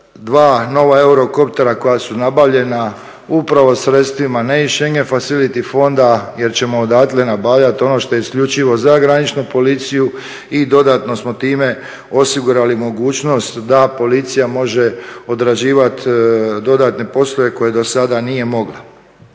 2 nova eurokoptera koja su nabavljena upravo sredstvima, ne iz … fonda jer ćemo odatle nabavljati ono što je isključivo za graničnu policiju i dodatno smo time osigurali mogućnost da policija može odrađivati dodatne poslove koje do sada nije mogla.